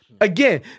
Again